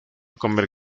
comer